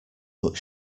but